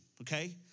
okay